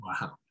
Wow